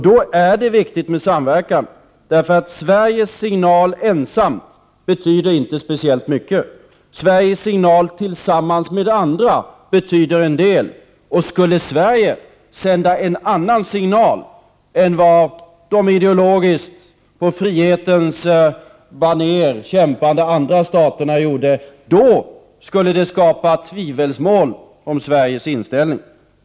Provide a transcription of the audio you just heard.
Då är det viktigt med samverkan, för Sveriges signal ensam betyder inte speciellt mycket. Sveriges signal tillsammans med andra betyder en del. Skulle Sverige sända en annan signal än vad de ideologiskt under frihetens baner kämpande andra staterna gjorde, skulle det skapa tvivelsmål om Sveriges inställning.